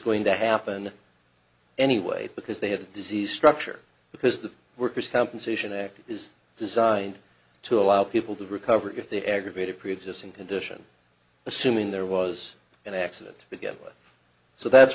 going to happen anyway because they had a disease structure because the worker's compensation act is designed to allow people to recover if they aggravated preexisting condition assuming there was an accident again so that's